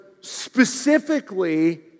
specifically